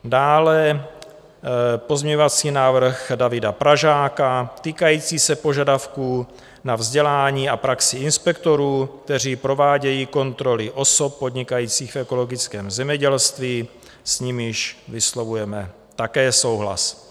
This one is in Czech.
Dále pozměňovací návrh Davida Pražáka týkající se požadavků na vzdělání a praxi inspektorů, kteří provádějí kontroly osob podnikajících v ekologickém zemědělství, s nimiž vyslovujeme také souhlas.